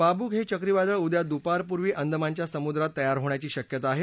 Pabuk हे चक्रीवादळ उद्या दुपारपूर्वी अंदमानच्या समुद्रात तयार होण्याची शक्यता आहे